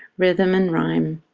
rhythm, and rhyme.